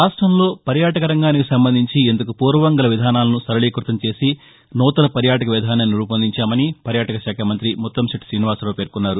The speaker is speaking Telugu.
రాష్ట్ంలో పర్యాటక రంగానికి సంబంధించి ఇంతకు పూర్వం గల విధానాలను సరళీకృతం చేసి నూతన పర్యాటక విధానాన్ని రూపొందించామని పర్యాటక శాఖ మంతి ముత్తంశెట్లి శ్రీనివాసరావు పేర్కొన్నారు